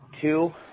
Two